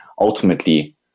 ultimately